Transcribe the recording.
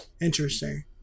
Interesting